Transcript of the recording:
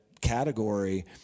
category